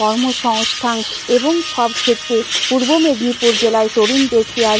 কর্ম সংস্থান এবং সব ক্ষেত্রে পূর্ব মেদিনীপুর জেলায় তরুণদেরকে আর